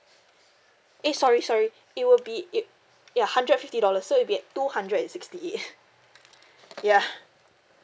eh sorry sorry it would be it ya hundred and fifty dollars so it'd be at two hundred and sixty eight ya